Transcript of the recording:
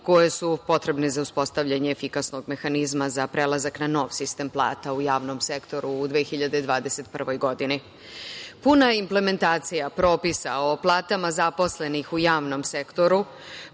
koje su potrebne za uspostavljanje efikasnog mehanizma za prelazak na nov sistem plata u javnom sektoru u 2021. godini. Puna implementacija propisa o platama zaposlenih u javnom sektoru